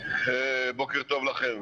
בוקר טוב לכם,